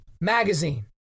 magazine